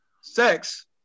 Sex